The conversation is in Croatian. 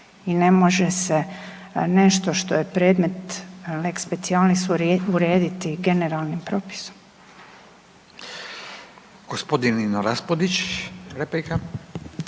i ne može se nešto što je predmet lex specialis urediti generalnim propisom. **Radin, Furio